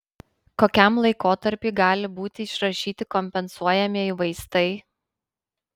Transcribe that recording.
kokiam laikotarpiui gali būti išrašyti kompensuojamieji vaistai